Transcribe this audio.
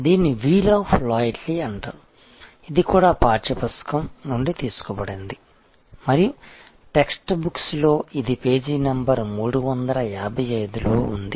దీనిని wheel of loyalty అంటారు ఇది కూడా పాఠ్య పుస్తకం టెక్స్ట్ బుక్ నుండి తీసుకోబడింది మరియు టెక్స్ట్ బుక్లో ఇది పేజీ నంబర్ 355 లో ఉంది